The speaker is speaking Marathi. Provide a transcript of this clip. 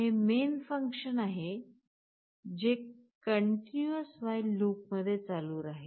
हे मेन फंकशन आहे जे काँटिनूऊस while लूपमध्ये चालू राहील